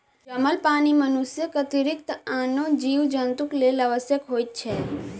जमल पानि मनुष्यक अतिरिक्त आनो जीव जन्तुक लेल आवश्यक होइत छै